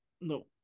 no